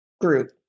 group